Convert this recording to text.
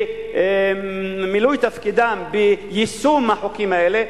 במילוי תפקידם ביישום החוקים האלה,